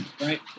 right